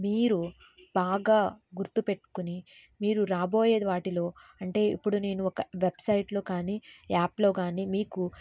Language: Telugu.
మీరు బాగా గుర్తుపెట్టుకుని మీరు రాబోయే వాటిలో అంటే ఇప్పుడు నేను ఒక వెబ్సైట్లో కానీ యాప్లో కానీ మీకు